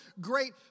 great